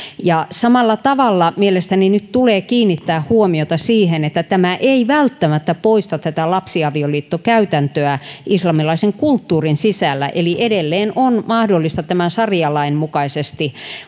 samalla tavalla mielestäni nyt tulee kiinnittää huomiota siihen että tämä ei välttämättä poista lapsiavioliittokäytäntöä islamilaisen kulttuurin sisällä eli edelleen on mahdollista saria lain mukaisesti